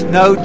no